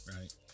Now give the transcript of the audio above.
right